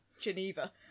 Geneva